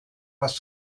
was